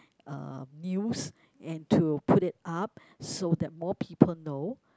uh news and to put it up so that more people know